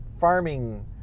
farming